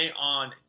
on